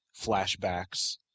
flashbacks